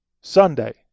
Sunday